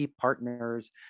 partners